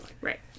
right